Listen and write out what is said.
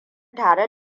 tare